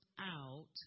out